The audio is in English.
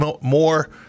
more